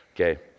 Okay